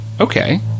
okay